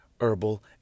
herbal